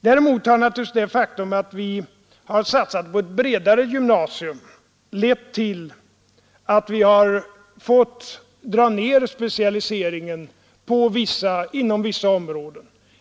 Däremot har naturligtvis det faktum att vi har satsat på ett bredare gymnasium lett till att vi har fått minska specialiseringen inom vissa områden.